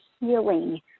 healing